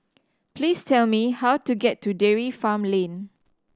please tell me how to get to Dairy Farm Lane